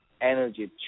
energy